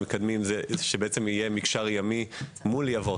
היא שיהיה מקשר ימי מול יבור.